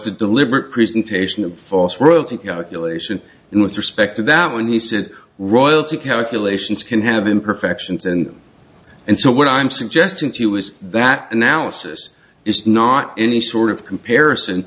a deliberate presentation of false royalty calculation and with respect to that when he said royalty calculations can have imperfections and and so what i'm suggesting to you is that analysis is not any sort of comparison